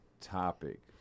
topic